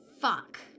Fuck